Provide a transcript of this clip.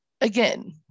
again